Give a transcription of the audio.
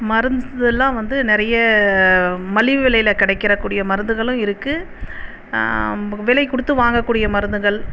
மருந்துல்லாம் வந்து நிறைய மலிவு விலையில் கிடைக்கிற கூடிய மருந்துகளும் இருக்கு விலை கொடுத்து வாங்க கூடிய மருந்துகள்